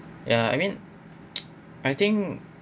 ya I mean I think